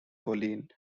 colleen